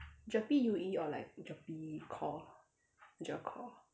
GERPE U_E or like GERPE core GER core